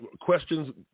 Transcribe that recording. Questions